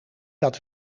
dat